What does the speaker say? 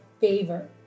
favor